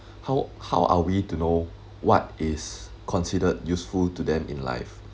how how are we to know what is considered useful to them in life